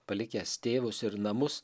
palikęs tėvus ir namus